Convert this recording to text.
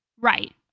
Right